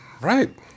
Right